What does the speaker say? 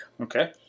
Okay